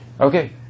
okay